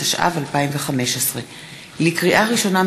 התשע"ו 2015. לקריאה ראשונה,